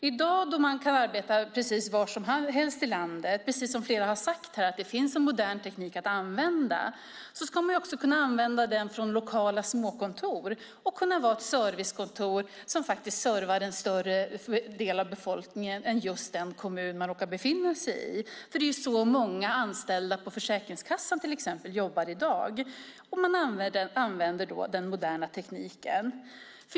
I dag då man kan arbeta precis var som helst i landet eftersom det, precis som flera har sagt här, finns modern teknik att använda ska också lokala småkontor kunna använda den och vara ett servicekontor som servar en större del av befolkningen än just de som bor i den kommun man råkar befinna sig i. Det är så många anställda på till exempel Försäkringskassan jobbar i dag. Man använder den moderna tekniken.